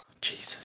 Jesus